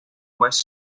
west